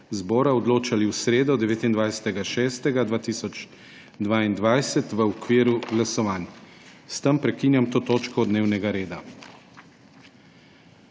zbora odločali v sredo, 29. 6. 2022, v okviru glasovanj. S tem prekinjam to točko dnevnega reda.